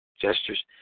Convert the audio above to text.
gestures